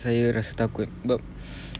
saya rasa takut sebab